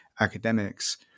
academics